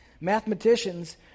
Mathematicians